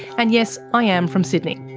and yes, i am from sydney.